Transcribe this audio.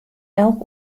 elk